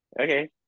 Okay